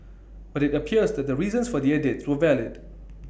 but IT appears that the reasons for the edits were valid